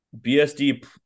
BSD